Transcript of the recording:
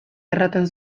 erraten